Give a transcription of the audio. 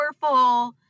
powerful